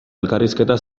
elkarrizketa